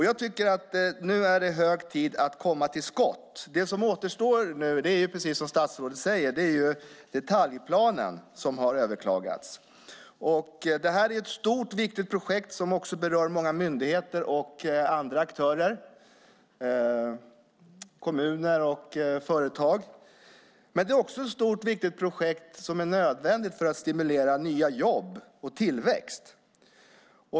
Jag tycker att det nu är hög tid att komma till skott. Det som återstår är precis som statsrådet säger detaljplanen, som har överklagats. Detta är ett stort och viktigt projekt som också berör många myndigheter och andra aktörer - kommuner och företag. Det är dock också ett stort och viktigt projekt som är nödvändigt för att stimulera nya jobb och tillväxt.